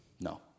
No